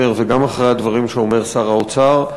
אומר וגם אחרי הדברים שאומר שר האוצר.